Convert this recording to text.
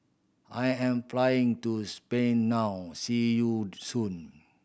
I am flying to Spain now see you soon